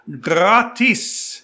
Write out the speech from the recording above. gratis